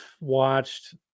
watched